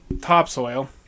topsoil